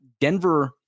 Denver